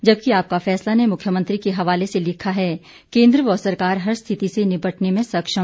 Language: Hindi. जबकि आपका फैसला ने मुख्यमंत्री के हवाले से लिखा है केंद्र व सरकार हर स्थिति से निपटने में सक्षम